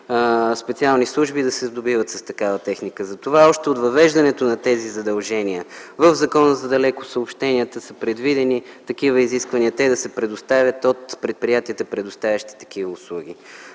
специални служби да се сдобиват с такава техника. Затова още от въвеждането на тези задължения в Закона за далекосъобщенията, са предвидени такива изисквания, те да се предоставят от предприятията, предоставящи такива услуги.